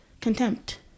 Contempt